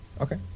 Okay